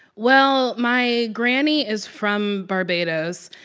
well, my granny is from barbados,